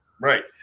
Right